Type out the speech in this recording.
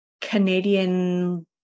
Canadian